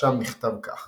שם נכתב כך